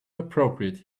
appropriate